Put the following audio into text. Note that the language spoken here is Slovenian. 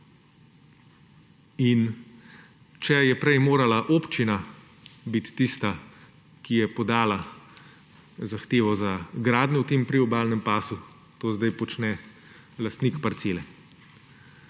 Če je prej morala občina biti tista, ki je podala zahtevo za gradnjo v priobalnem pasu, to zdaj počne lastnik parcele.